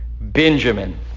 Benjamin